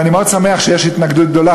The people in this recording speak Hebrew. ואני מאוד שמח שיש התנגדות גדולה,